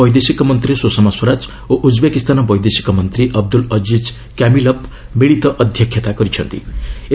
କଥାବାର୍ତ୍ତାରେ ବୈଦେଶିକ ମନ୍ତ୍ରୀ ସୁଷମା ସ୍ୱରାଜ ଓ ଉଜ୍ବେକିସ୍ତାନ ବୈଦେଶିକ ମନ୍ତ୍ରୀ ଅବଦୁଲ୍ ଅଜିଜ୍ କାମିଲଭ୍ ମିଳିତ ଅଧ୍ୟକ୍ଷତା କରିଛନ୍ତି